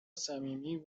صمیمی